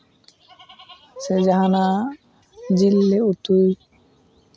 ᱥᱮ ᱡᱟᱦᱟᱱᱟᱜ ᱡᱤᱞ ᱞᱮ ᱩᱛᱩᱭ